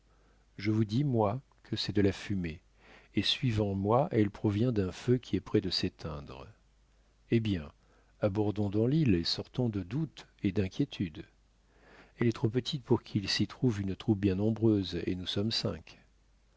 je vous dis moi que c'est de la fumée et suivant moi elle provient d'un feu qui est près de s'éteindre eh bien abordons dans l'île et sortons de doute et d'inquiétude elle est trop petite pour qu'il s'y trouve une troupe bien nombreuse et nous sommes cinq